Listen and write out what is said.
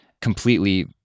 completely